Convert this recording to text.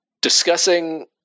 discussing